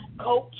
Coach